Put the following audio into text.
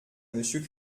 monsieur